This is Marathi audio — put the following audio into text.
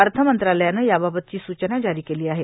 अर्थमंत्रालयानं याबाबतची सूचना जारी केली आहे